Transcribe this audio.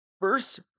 First